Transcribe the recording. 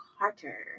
Carter